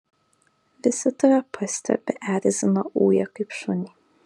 visi tave pastebi erzina uja kaip šunį